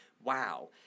wow